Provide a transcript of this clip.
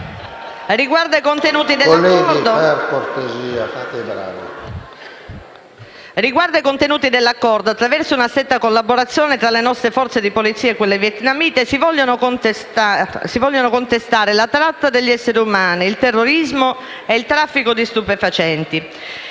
Riguardo ai contenuti dell'Accordo, attraverso una stretta collaborazione tra le nostre forze di polizia e quelle vietnamite, si vogliono contrastare la tratta di esseri umani, il terrorismo e il traffico di stupefacenti.